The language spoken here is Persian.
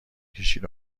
کشید